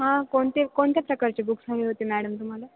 हां कोणते कोणत्या प्रकारचे बुक्स हवे होते मॅडम तुम्हाला